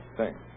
Thanks